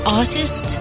artist